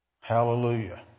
Hallelujah